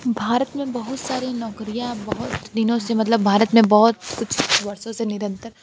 भारत में बहुत सारी नौकरियाँ बहुत दिनों से मतलब भारत में बहुत कुछ वर्षों से निरंतर